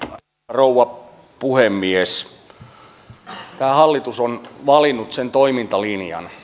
rouva puhemies tämä hallitus on valinnut sen toimintalinjan